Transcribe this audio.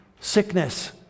sickness